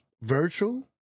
virtual